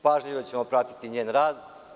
Pažljivo ćemo pratiti njen rad.